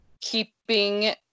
keeping